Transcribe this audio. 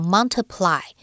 Multiply